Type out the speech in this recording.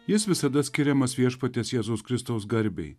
jis visada skiriamas viešpaties jėzaus kristaus garbei